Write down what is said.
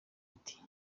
ati